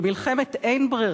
במלחמת אין-ברירה,